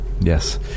Yes